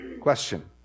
question